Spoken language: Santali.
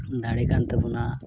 ᱫᱟᱲᱮᱹᱠᱟᱱ ᱛᱟᱵᱚᱱᱟ